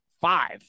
five